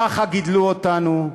ככה גידלו אותנו.